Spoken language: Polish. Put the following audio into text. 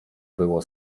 było